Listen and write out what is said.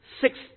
six